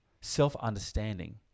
Self-understanding